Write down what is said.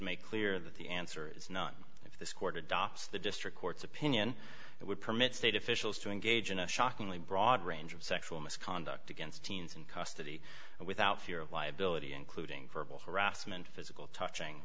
make clear that the answer is none if this court adopts the district court's opinion it would permit state officials to engage in a shockingly broad range of sexual misconduct against teens in custody without fear of liability including verbal harassment physical touching